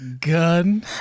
gun